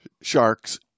Sharks